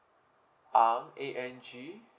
ang A N G